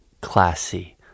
classy